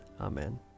Amen